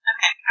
Okay